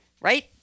right